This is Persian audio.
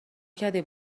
کردی